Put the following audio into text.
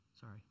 sorry